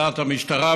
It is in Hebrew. והדלת המסתובבת,